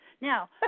Now